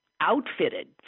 outfitted